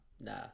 nah